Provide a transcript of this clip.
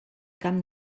camp